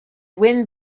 wind